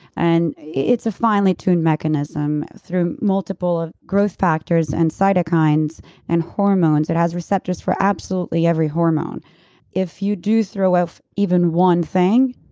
and it's a finely tuned mechanism through multiple ah growth factors and cytokines and hormones. it has receptors for absolutely every hormone if you do throw off even one thing,